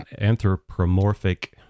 anthropomorphic